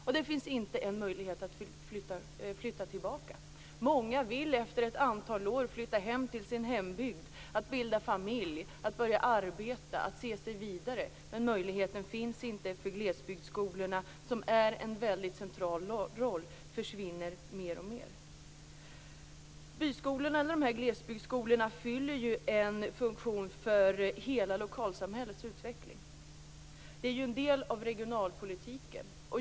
De har dessutom inte någon möjlighet att flytta tillbaka. Många vill efter ett antal år flytta hem till sin hembygd, bilda familj och börja arbeta, men den möjligheten finns inte. Glesbygdsskolorna, som spelar en mycket central roll, försvinner mer och mer. Glesbygdsskolorna fyller en funktion för hela lokalsamhällets utveckling. De är ju en del av regionalpolitiken.